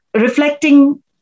reflecting